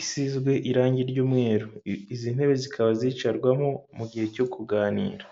isizwe irangi ry'umweru, izi ntebe zikaba zicarwamo mu gihe cyo kuganira.